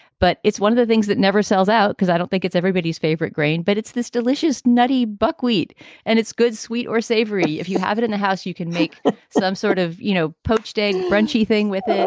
but it's one of the things that never sells out because i don't think it's everybody's favorite grain, but it's this delicious nutty buckwheat and it's good, sweet or savory if you have it in the house, you can make some sort of, you know, poached egg brunch thing with it,